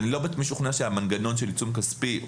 אני לא משוכנע שהמנגנון של עיצום כספי,